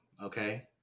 Okay